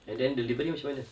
and then delivery macam mana